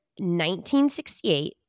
1968